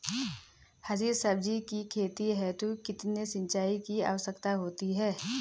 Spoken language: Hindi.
हरी सब्जी की खेती हेतु कितने सिंचाई की आवश्यकता होती है?